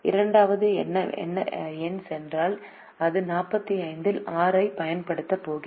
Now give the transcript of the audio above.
இரண்டாவது எண் சென்றால் அது 45 இல் 6 ஐப் பயன்படுத்தப் போகிறது